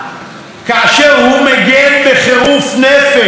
אלוביץ' ויש לי כאן את הפרוטוקול למי שרוצה: